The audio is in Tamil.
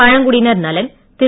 பழங்குடியினர் நலன் திரு